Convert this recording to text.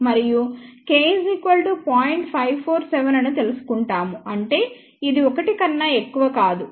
547 అని తెలుసుకుంటాము అంటే ఇది 1 కన్నా ఎక్కువ కాదు